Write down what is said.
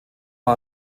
war